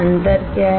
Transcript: अंतर क्या है